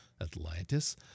Atlantis